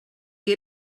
que